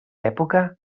època